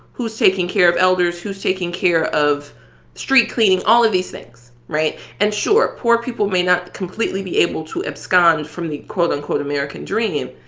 who's taking care of elders? who's taking care of street cleaning all of these things, right? and sure, poor people may not completely be able to abscond from the, quote-unquote, american dream.